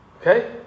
Okay